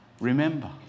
remember